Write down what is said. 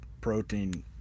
protein